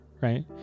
right